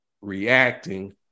reacting